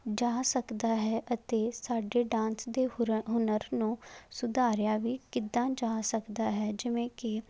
ਜਾ ਸਕਦਾ ਹੈ ਅਤੇ ਸਾਡੇ ਡਾਂਸ ਦੇ ਹੁਰ ਹੁਨਰ ਨੂੰ ਸੁਧਾਰਿਆ ਵੀ ਕਿੱਦਾਂ ਜਾ ਸਕਦਾ ਹੈ ਜਿਵੇਂ ਕਿ